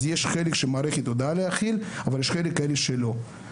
אז יש חלק שהמערכת יודעת להכיל אבל יש כאלה שלא.